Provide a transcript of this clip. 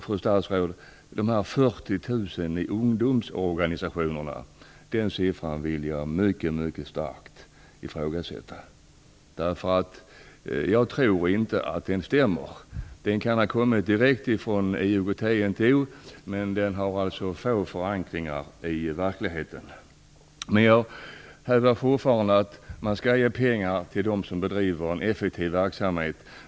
Fru statsråd! Att antalet medlemmar i ungdomsorganisationerna skulle vara 40 000 vill jag mycket starkt ifrågasätta. Jag tror inte att den siffran stämmer. Den kan ha kommit direkt från IOGT-NTO, men den har liten förankring i verkligheten. Jag hävdar fortfarande att man skall ge pengar till dem som bedriver en effektiv verksamhet.